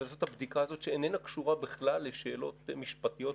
לעשות את הבדיקה הזאת שאיננה קשורה בכלל לשאלות משפטיות,